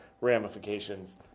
ramifications